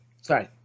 Sorry